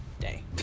day